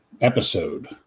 episode